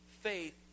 faith